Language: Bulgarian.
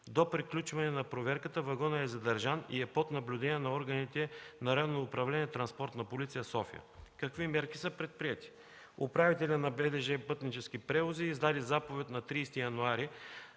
До приключване на проверката, вагонът е задържан и е под наблюдение на органите на Районно управление „Транспортна полиция” – София. Какви мерки са предприети? Управителят на БДЖ „Пътнически превози” издаде заповед на 30 януари